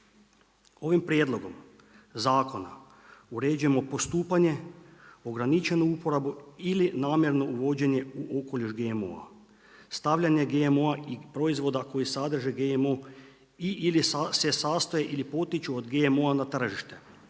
Ovim prijedlogom zakona uređujemo postupanje, ograničenu uporabu ili namjerno uvođenje u okoliš GMO-a, stavljanje GMO-a i proizvoda koji sadrže GMO i/ili se sastoje ili potiču od GMO-a na tržište,